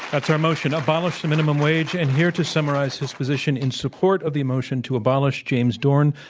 that's our motion, abolish the minimum wage. and here to summarize his position in support of the motion to abolish, james dorn,